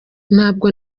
ntabwo